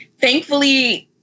thankfully